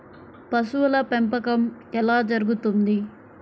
పశువుల పెంపకం ఎలా జరుగుతుంది?